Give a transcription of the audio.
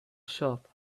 shop